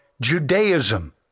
Judaism